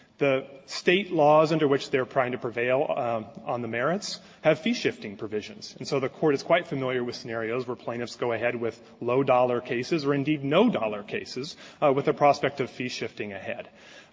the state laws under which they're trying to prevail on on the merits have fee shifting provisions, and so the court is quite familiar with scenarios where plaintiffs go ahead with low dollar cases or, indeed, no dollar cases with the prospect of fee shifting ahead.